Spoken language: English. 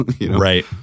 Right